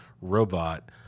robot